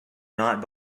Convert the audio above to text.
not